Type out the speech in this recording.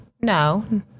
No